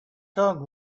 tongue